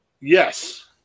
Yes